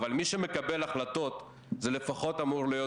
אבל מי שמקבל החלטות זה לפחות אמור להיות